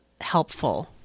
helpful